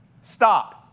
Stop